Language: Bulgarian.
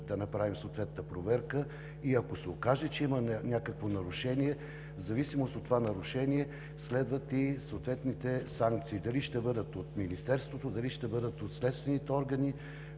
да направим съответната проверка и ако се окаже, че има някакво нарушение, в зависимост от нарушението следват и съответните санкции – дали ще бъдат от Министерството, дали ще бъдат от следствените органи,